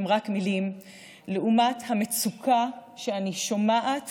הן רק מילים לעומת המצוקה שאני שומעת